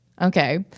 okay